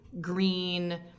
green